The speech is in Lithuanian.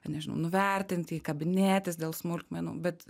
nežinau nuvertinti kabinėtis dėl smulkmenų bet